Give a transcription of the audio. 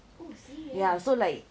oh serious